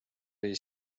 oli